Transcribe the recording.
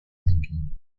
thinking